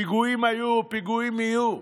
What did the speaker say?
פיגועים היו, פיגועים יהיו.